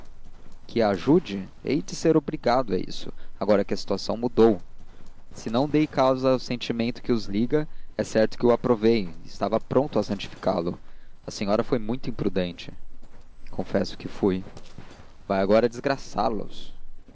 a ajude hei de ser obrigado a isso agora que a situação mudou se não dei causa ao sentimento que os liga é certo que o aprovei e estava pronto a santificá lo a senhora foi muito imprudente confesso que foi vai agora desgraçá los